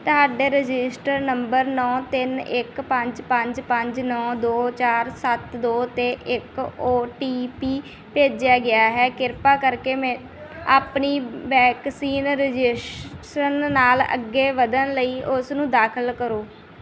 ਤੁਹਾਡੇ registered number ਨੌਂ ਤਿੰਨ ਇੱਕ ਪੰਜ ਪੰਜ ਪੰਜ ਨੌਂ ਦੋ ਚਾਰ ਸੱਤ ਦੋ 'ਤੇ ਇੱਕ ਓ ਟੀ ਪੀ ਭੇਜਿਆ ਗਿਆ ਹੈ ਕਿਰਪਾ ਕਰਕੇ ਮੇ ਆਪਣੀ ਵੈਕਸੀਨ ਰਜਿਸੇਸ਼ਨ ਨਾਲ ਅੱਗੇ ਵਧਣ ਲਈ ਉਸਨੂੰ ਦਾਖਲ ਕਰੋ